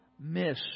miss